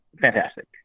fantastic